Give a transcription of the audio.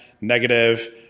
negative